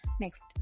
Next